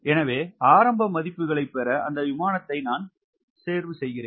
எனவே ஆரம்ப மதிப்புகளைப் பெற அந்த விமானத்தைத் தேர்வு செய்கிறேன்